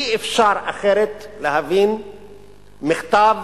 אי-אפשר להבין מכתב